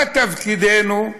מה תפקידנו?